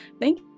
Thank